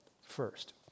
First